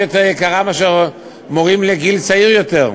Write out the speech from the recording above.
יותר יקרה מאשר מורים לגיל צעיר יותר.